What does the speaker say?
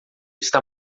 está